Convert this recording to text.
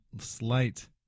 slight